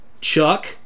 Chuck